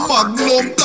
Magnum